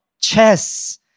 Chess